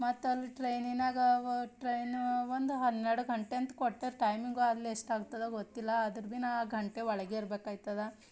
ಮತ್ತು ಅಲ್ಲಿ ಟ್ರೈನಿನಾಗ ಟ್ರೈನು ಒಂದು ಹನ್ನೆರಡು ಗಂಟೆ ಅಂತ ಕೊಟ್ಟಾರ ಟೈಮಿಂಗು ಅಲ್ಲಿ ಎಷ್ಟಾಗ್ತದೆ ಗೊತ್ತಿಲ್ಲ ಆದರೂ ಭೀ ನಾನು ಆ ಗಂಟೆ ಒಳಗೆ ಇರ್ಬೇಕಾಯ್ತದೆ